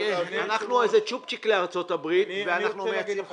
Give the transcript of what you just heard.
אנחנו איזה צ'ופצי'ק לארצות הברית ואנחנו מייצאים חופשי.